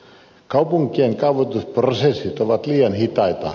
kaupunkien kaavoitusprosessit ovat liian hitaita